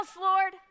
Lord